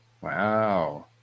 Wow